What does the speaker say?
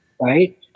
Right